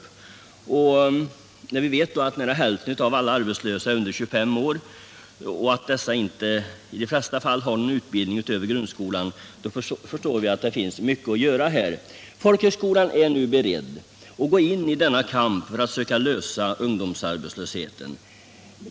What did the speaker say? Mot bakgrund av att nära hälften av alla arbetslösa är under 25 år och att dessa i de flesta fall inte har någon utbildning utöver grundskolan förstår vi att mycket återstår att göra. Folkhögskolan är nu beredd att gå in i kampen för att söka lösa frågan om ungdomsarbetslösheten.